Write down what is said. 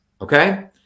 Okay